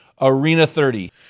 ARENA30